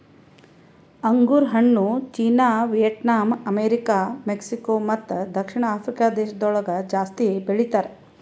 ಅಂಗುರ್ ಹಣ್ಣು China, Vietnam, America, Mexico ಮತ್ತ ದಕ್ಷಿಣ ಆಫ್ರಿಕಾ ದೇಶಗೊಳ್ದಾಗ್ ಜಾಸ್ತಿ ಬೆಳಿತಾರ್